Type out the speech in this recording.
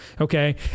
Okay